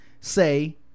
say